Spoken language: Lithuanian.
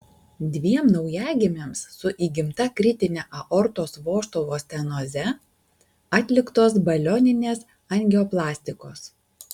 dviem naujagimiams su įgimta kritine aortos vožtuvo stenoze atliktos balioninės angioplastikos